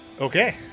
Okay